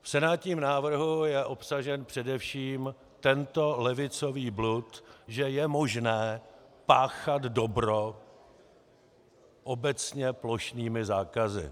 V senátním návrhu je obsažen především tento levicový blud, že je možné páchat dobro obecně plošnými zákazy.